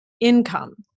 income